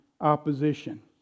opposition